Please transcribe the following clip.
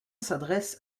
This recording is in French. s’adresse